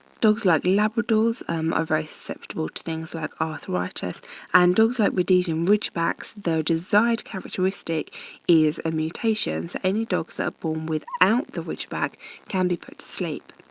dogs like labradors um are very susceptible to things like arthritis and dogs like rhodesian ridgebacks, though desired characteristic is a mutation. so any dogs are born without the ridgeback can be put to sleep.